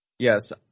Yes